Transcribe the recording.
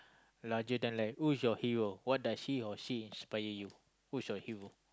larger than life who's your hero what does he or she inspire you who's your hero